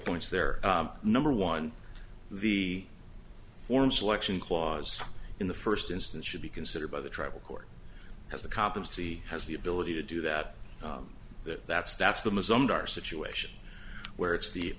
points there number one the foreign selection clause in the first instance should be considered by the tribal court has the competency has the ability to do that that that's that's the mazembe are situation where it's the